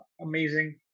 amazing